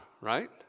right